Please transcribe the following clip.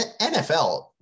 NFL